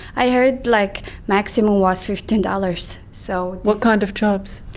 i heard like maximum was fifteen dollars. so what kind of jobs?